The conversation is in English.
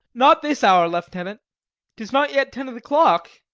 not this hour, lieutenant tis not yet ten o the clock.